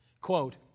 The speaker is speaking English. quote